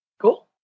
Cool